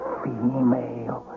female